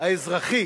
האזרחי